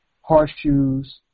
horseshoes